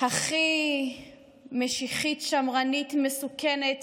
הכי משיחית, שמרנית, מסוכנת,